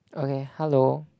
okay hello